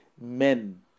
men